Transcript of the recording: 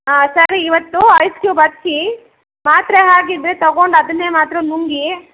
ಆಂ ಸರಿ ಇವತ್ತು ice cube ಹಚ್ಚಿ ಮಾತ್ರೆ ಹಾಗಿದ್ದರೆ ತೊಗೊಂಡು ಅದನ್ನೇ ಮಾತ್ರೆ ನುಂಗಿ